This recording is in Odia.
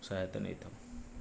ସହାୟତା ନେଇଥାଉ